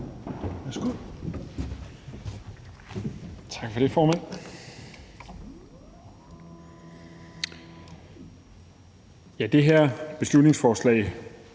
(S): Tak for det, formand. Det her beslutningsforslag